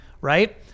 Right